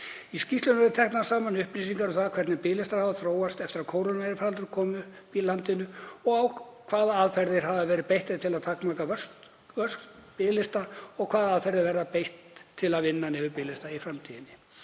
Í skýrslunni verði teknar saman upplýsingar um það hvernig biðlistar hafi þróast eftir að kórónuveirufaraldurinn kom upp í landinu og hvaða aðferðum hafi verið beitt til að takmarka vöxt biðlista og hvaða aðferðum verði beitt til að vinna niður biðlista í framtíðinni.